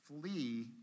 flee